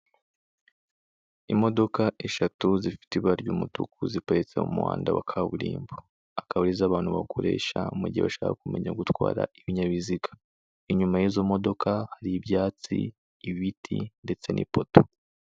Imodoka eshatu zifite ibara ry'umutuku ziparitse mu muhanda wa kaburimbo akaba arizo abantu bakoresha mu gihe bashaka kumenya gutwara ibinyabiziga. Inyuma y'izo modoka hari ibyatsi, ibiti ndetse n'ipoto.